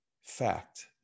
fact